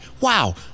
Wow